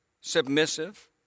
submissive